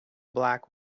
black